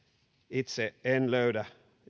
itse en löydä